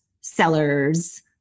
sellers